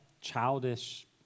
childish